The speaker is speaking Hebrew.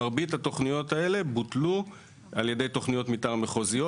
מרבית התוכניות האלה בוטלו על ידי תוכניות מתאר מחוזיות,